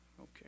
Okay